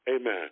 Amen